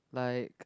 like